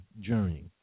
journey